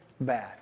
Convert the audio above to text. bad